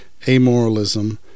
amoralism